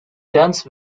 dense